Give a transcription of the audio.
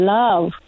love